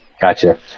gotcha